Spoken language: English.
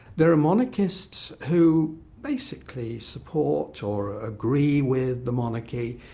there are monarchists who basically support or agree with the monarchy,